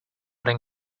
than